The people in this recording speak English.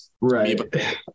right